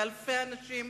ואלפי אנשים,